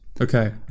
okay